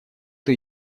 эту